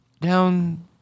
down